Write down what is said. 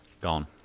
Gone